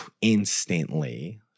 Instantly